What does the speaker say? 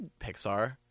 Pixar